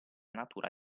natura